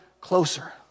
closer